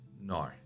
no